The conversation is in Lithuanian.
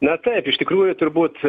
na taip iš tikrųjų turbūt